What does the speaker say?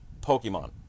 Pokemon